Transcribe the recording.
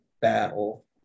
battle